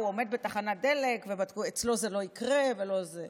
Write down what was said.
עומד בתחנת הדלק: אצלו זה לא יקרה ולא זה.